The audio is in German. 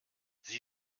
sie